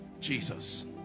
Jesus